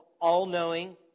all-knowing